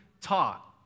taught